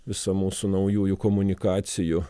visa mūsų naujųjų komunikacijų